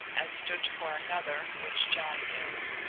and stood for another which john knew.